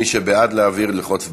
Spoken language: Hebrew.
מי שבעד להעביר, ללחוץ בעד,